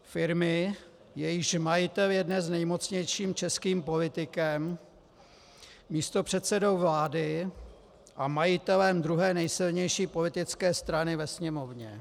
Firmy, jejíž majitel je dnes nejmocnějším českým politikem, místopředsedou vlády a majitelem druhé nejsilnější politické strany ve Sněmovně.